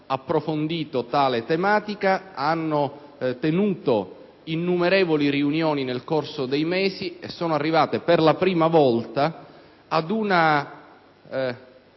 approfondito tale tematica, hanno tenuto innumerevoli riunioni nel corso dei mesi e sono arrivati per la prima volta ad una